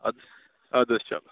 اَدٕ حظ چلو